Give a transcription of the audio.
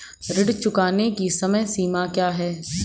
ऋण चुकाने की समय सीमा क्या है?